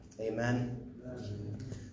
Amen